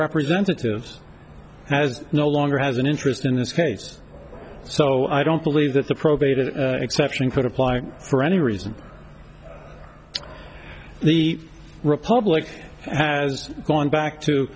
representatives has no longer has an interest in this case so i don't believe that the probate an exception could apply for any reason the republic has gone back to